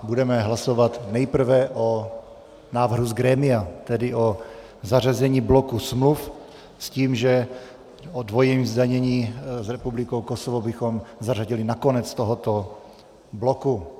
Budeme hlasovat nejprve o návrhu z grémia, tedy o zařazení bloku smluv, s tím, že dvojí zdanění s republikou Kosovo bychom zařadili na konec tohoto bloku.